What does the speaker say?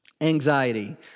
Anxiety